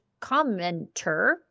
commenter